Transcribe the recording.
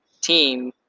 team